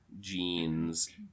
jeans